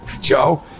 Joe